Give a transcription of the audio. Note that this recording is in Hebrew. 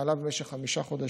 שהתנהלה במשך חמישה חודשים,